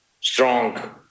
Strong